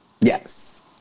Yes